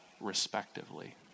respectively